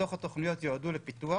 בתוך התוכניות יועדו לפיתוח,